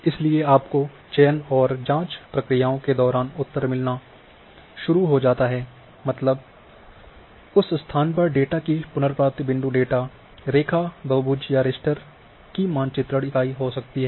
इसलिए आपको चयन और जाँच प्रक्रियाओं के दौरान उत्तर मिलना शुरू हो जाता है मतलब उस स्थान पर डेटा की पुनर्प्राप्ति बिंदु डेटा रेखा बहुभुज या रास्टर की मानचित्रण इकाई हो सकती है